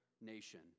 nation